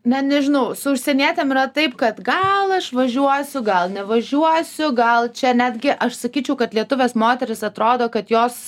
ne nežinau su užsienietėm yra taip kad gal aš važiuosiu gal nevažiuosiu gal čia netgi aš sakyčiau kad lietuvės moteris atrodo kad jos